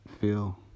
feel